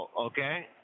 okay